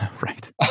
Right